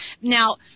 Now